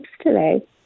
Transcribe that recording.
today